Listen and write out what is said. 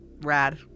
Rad